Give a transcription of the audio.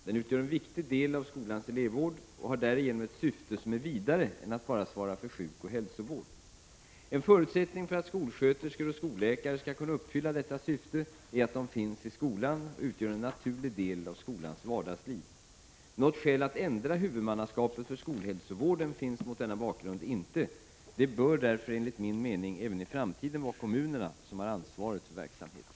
Den utgör en viktig del av skolans elevvård, och har därigenom ett syfte som är vidare än att bara svara för sjukoch hälsovård. En förutsättning för att skolsköterskor och skolläkare skall kunna uppfylla detta syfte är att de finns i skolan och utgör en naturlig del av skolans vardagsliv. Något skäl att ändra huvudmannaskapet för skolhälsovården finns mot denna bakgrund inte. Det bör därför enligt min mening även i framtiden vara kommunerna som har ansvaret för verksamheten.